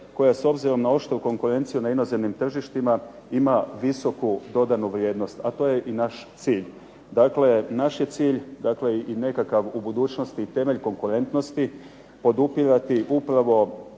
koja s obzirom na oštru konkurenciju na inozemnim tržištima ima visoku dodanu vrijednost, a to je i naš cilj. Naš je cilj, dakle i nekakav u budućnosti temelj konkurentnosti podupirati upravo